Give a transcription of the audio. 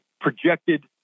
projected